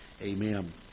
Amen